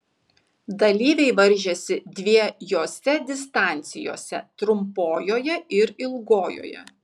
dalyviai varžėsi dviejose distancijose trumpojoje ir ilgojoje